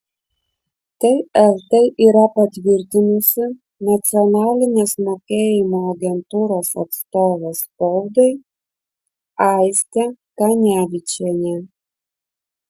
tai eltai yra patvirtinusi nacionalinės mokėjimo agentūros atstovė spaudai aistė kanevičienė